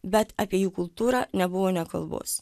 bet apie jų kultūrą nebuvo ne kalbos